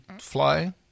fly